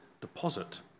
deposit